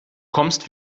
kommst